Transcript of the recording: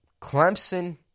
Clemson